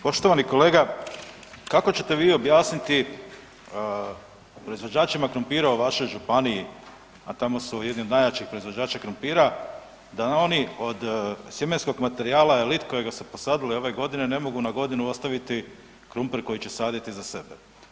Poštovani kolega, kako ćete vi objasniti proizvođačima krumpira u vašoj županiji, a tamo su jedni od najjačih proizvođača krumpira, da oni od sjemenskog materijala elit kojega su posadili ove godine ne mogu na godinu ostaviti krumpir koji će saditi za sebe.